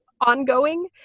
ongoing